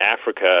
Africa